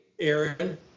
Aaron